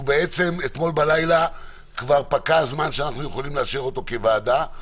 כשאתמול בלילה כבר פקע הזמן שאנחנו יכולים לאשר אותו כוועדה,